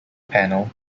panel